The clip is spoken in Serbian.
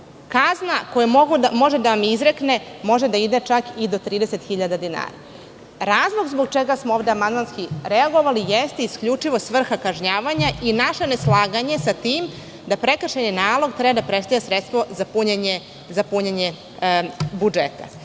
kazna koju može da vam izrekne može da ide čak i do 30 hiljada dinara. Razlog zbog čega smo ovde amandmanski reagovali jeste isključivo svrha kažnjavanja i naše neslaganje sa tim da prekršajni nalog treba da prestavlja sredstvo za punjenje budžeta.